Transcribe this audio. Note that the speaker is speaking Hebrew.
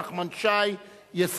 נחמן שי יסיים.